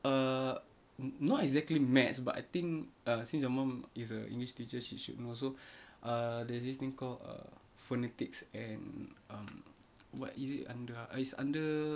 uh n~ not exactly math but I think err since your mum is a english teacher she should know also err there's this thing called err phonetics and um what is it under ah it's under